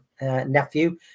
nephew